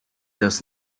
does